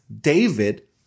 David